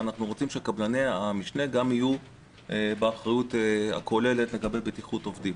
אנחנו רוצים שגם קבלני המשנה יהיו באחריות הכוללת לגבי בטיחות עובדים.